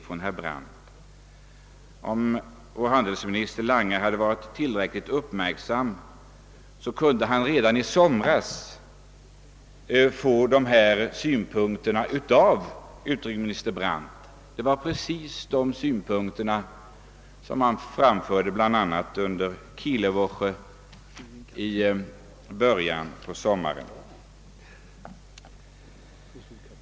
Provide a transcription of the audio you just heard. Men hade handelsministern varit tillräckligt uppmärksam hade han redan i somras kunnat få de synpunkterna av utrikesminister Brandt. Precis dessa synpunkter framfördes nämligen av denne under Kieler Woche 1 början av sommaren.